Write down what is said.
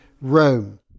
Rome